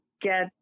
get